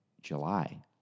July